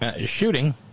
shooting